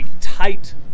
tight